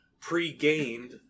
pre-gained